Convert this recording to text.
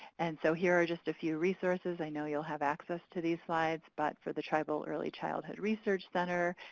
and so here are just a few resources i know you'll have access to on these slides, but for the tribal early childhood research center.